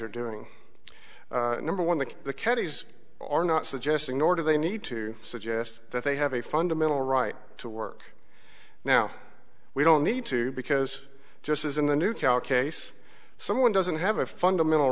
are doing number one that the kennedys are not suggesting nor do they need to suggest that they have a fundamental right to work now we don't need to because just as in the new cal case someone doesn't have a fundamental